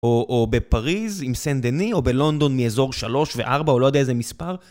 או בפריז עם סן דני, או בלונדון מאזור 3 ו-4, או לא יודע איזה מספר.